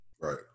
Right